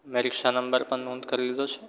મેં રિક્ષા નંબર પણ નોંધ કરી લીધો છે